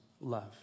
love